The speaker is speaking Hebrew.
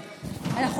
כבר?